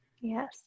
yes